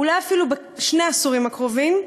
אולי אפילו בשני העשורים הקרובים,